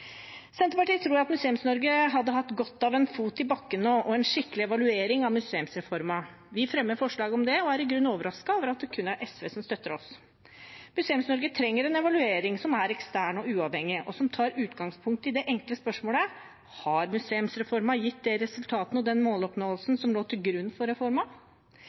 Senterpartiet tror at Museums-Norge ville hatt godt av en fot i bakken nå og en skikkelig evaluering av museumsreformen. Vi fremmer forslag om det sammen med SV og er i grunnen overrasket over at det kun er de som støtter oss. Museums-Norge trenger en evaluering som er ekstern og uavhengig, og som tar utgangspunkt i det enkle spørsmålet om hvorvidt museumsreformen har gitt de resultatene og den måloppnåelsen som lå til grunn for reformen.